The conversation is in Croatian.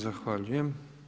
Zahvaljujem.